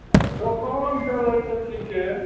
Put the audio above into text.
दोकान चलय छै ठीके